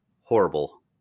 horrible